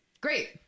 Great